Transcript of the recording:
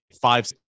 five